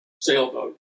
sailboat